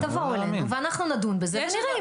תבואו אלינו ואנחנו נדון בזה ונראה אם